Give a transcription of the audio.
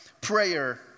prayer